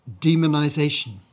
demonization